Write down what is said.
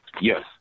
Yes